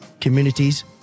communities